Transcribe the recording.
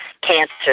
cancer